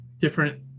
different